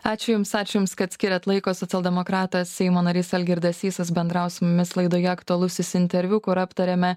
ačiū jums ačiū jums kad skiriat laiko socialdemokratas seimo narys algirdas sysas bendravo su mumis laidoje aktualusis interviu kur aptariame